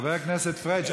חבר הכנסת פריג',